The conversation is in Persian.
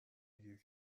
گیر